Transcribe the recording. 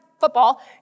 football